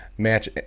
match